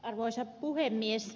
arvoisa puhemies